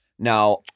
Now